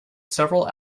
several